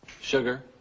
Sugar